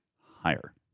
higher